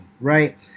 right